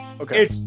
Okay